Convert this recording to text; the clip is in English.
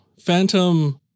Phantom